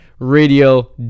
Radio